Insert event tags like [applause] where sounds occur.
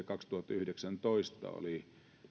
[unintelligible] kaksituhattayhdeksäntoista oli